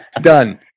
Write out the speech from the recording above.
Done